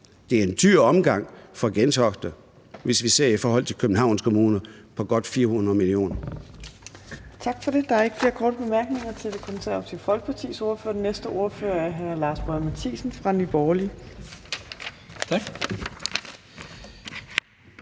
Det er en dyr omgang for Gentofte, hvis vi ser på det i forhold til Københavns Kommune på godt 400 mio.